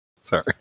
Sorry